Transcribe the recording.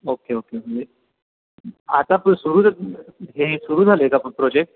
okay okay आता सुरू हे सुरू झाले का प्रोजेक्ट